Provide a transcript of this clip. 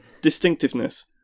Distinctiveness